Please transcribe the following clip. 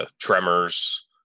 tremors